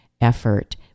effort